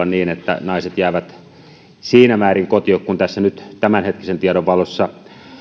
niin että naiset jäävät siinä määrin kotiin kun tässä nyt tämänhetkisen tiedon valossa